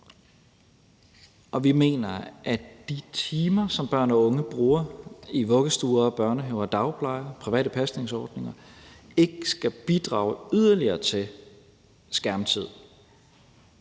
og vi mener, at de timer, som børn og unge bruger i vuggestue og børnehave og dagpleje og private pasningsordninger, ikke skal bidrage yderligere til skærmtid.